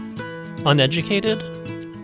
uneducated